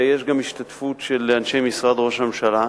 ויש גם השתתפות של אנשי משרד ראש הממשלה,